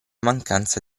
mancanza